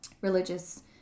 religious